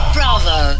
Bravo